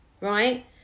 right